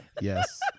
Yes